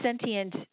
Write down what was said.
sentient